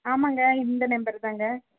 ஆமாம்ங்க இந்த நம்பருதாங்க